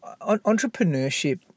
entrepreneurship